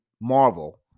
Marvel